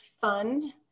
fund